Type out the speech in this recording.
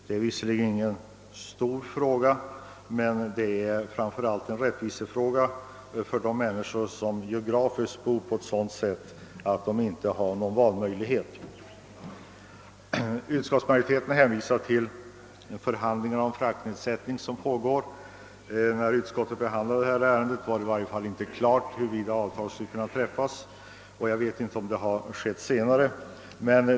Det är visserligen ingen stor fråga, men det är en fråga om rättvisa för de människor som bor i ett sådant område att de inte har någon valmöjlighet. Utskottsmajoriteten hänvisar till de förhandlingar om frakttaxenedsättning som pågår. När utskottet behandlade detta ärende var det emellertid inte klart huruvida avtal skulle kunna träffas, och jag vet inte om det har skett senare.